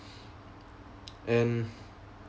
and